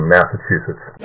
Massachusetts